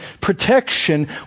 protection